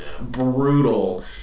brutal